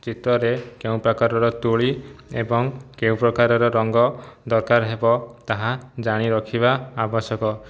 ଚିତ୍ରରେ କେଉଁପ୍ରକାରର ତୁଳି ଏବଂ କେଉଁ ପ୍ରକାରର ରଙ୍ଗ ଦରକାର ହେବ ତାହା ଜାଣିରଖିବା ଆବଶ୍ୟକ